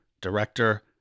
Director